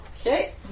Okay